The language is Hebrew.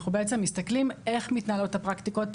אנחנו בעצם מסתכלים איך מתנהלות הפרקטיקות,